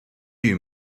you